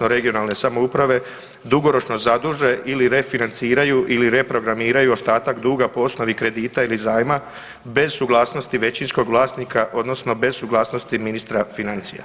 (regionalne) samouprave dugoročno zaduže ili refinanciraju ili reprogramiraju ostatak duga po osnovi kredita ili zajma bez suglasnosti većinskog vlasnika odnosno bez suglasnosti ministra financija.